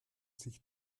sich